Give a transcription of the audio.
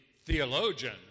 theologian